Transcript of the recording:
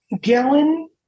Gallon